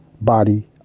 Body